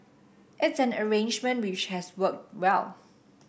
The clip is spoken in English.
it's an arrangement which has worked well